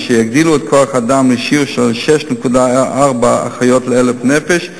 אשר יגדילו את כוח-האדם לשיעור של 6.4 אחיות ל-1,000 נפש,